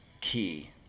key